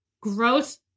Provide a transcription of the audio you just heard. growth